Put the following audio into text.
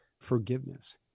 forgiveness